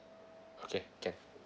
okay can